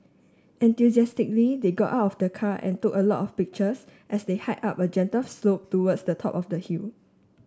enthusiastically they got off the car and took a lot of pictures as they hike up a gentle slope towards the top of the hill